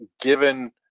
given